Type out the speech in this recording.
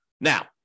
Now